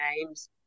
names